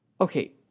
Okay